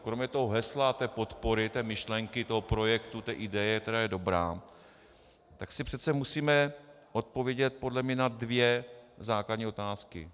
Kromě hesla té podpory, té myšlenky, toho projektu, té ideje, která je dobrá, si přece musíme odpovědět podle mě na dvě základní otázky.